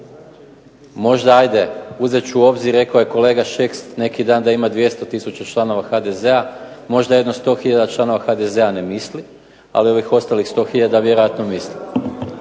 Možda ajde, uzet ću u obzir, rekao je kolega Šeks neki dan da ima 200 tisuća članova HDZ-a, možda jedno 100 tisuća članova HDZ-a ne misli, ali ovih ostalih 100 tisuća vjerojatno misli.